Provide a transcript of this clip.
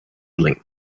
link